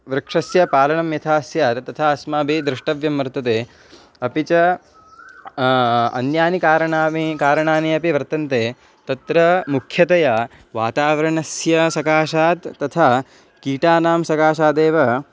वृक्षस्य पालनं यथा स्यात् तथा अस्माभिः द्रष्टव्यं वर्तते अपि च अन्यानि कारणामि कारणानि अपि वर्तन्ते तत्र मुख्यतया वातावरणस्य सकाशात् तथा कीटानां सकाशादेव